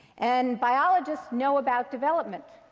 and biologists know about development.